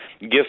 give